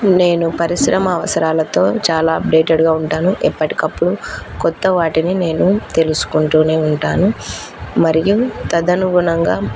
నేను పరిశ్రమ అవసరాలతో చాలా అప్డేటెడ్గా ఉంటాను ఎప్పటికప్పుడు కొత్త వాటిని నేను తెలుసుకుంటూనే ఉంటాను మరియు తదనుగుణంగా